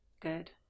Good